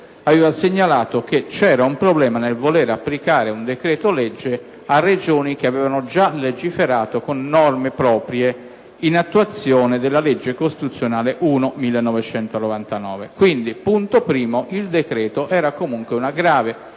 aveva segnalato che c'era un problema nel voler applicare un decreto-legge a Regioni che avevano già legiferato con norme proprie, in attuazione della legge costituzionale n. 1 del 1999. Quindi, il decreto era comunque una grave forzatura: